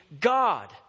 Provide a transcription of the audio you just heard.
God